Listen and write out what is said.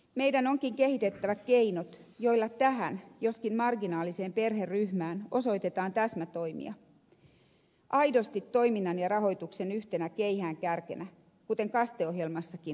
meidän onkin kehitettävä keinot joilla tähän joskin marginaaliseen perheryhmään osoitetaan täsmätoimia aidosti toiminnan ja rahoituksen yhtenä keihäänkärkenä kuten kaste ohjelmassakin on kirjattu